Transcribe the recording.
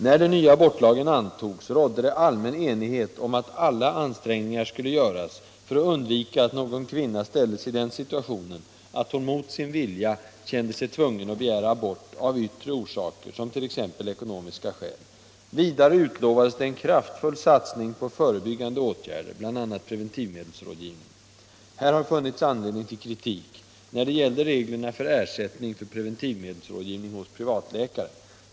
När den nya abortlagen antogs rådde det allmän enighet om att alla ansträngningar skulle göras för att undvika att någon kvinna ställdes i den situationen, att hon mot sin vilja kände sig tvungen att begära abort av yttre orsaker, t.ex. av ekonomiska skäl. Vidare utlovades en kraftfull satsning på förebyggande åtgärder, bl.a. preventivmedelsrådgivning. Här har funnits anledning till kritik när det gällde reglerna för ersättning för preventivmedelsrådgivning hos privatläkare.